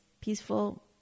peaceful